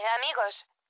Amigos